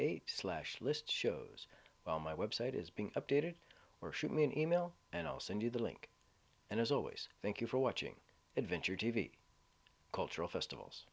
eight slash list shows well my website is being updated or shoot me an email and i'll send you the link and as always thank you for watching adventure t v cultural festivals